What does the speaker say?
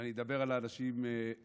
ואני אדבר על האנשים הרלוונטיים.